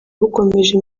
bukomeje